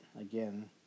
again